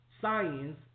science